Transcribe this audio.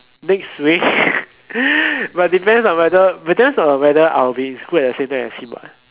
next week but depends on whether depends on whether I'll be in school at the same time as him [what]